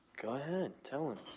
go ahead. tell him.